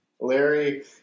Larry